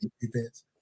events